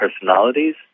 personalities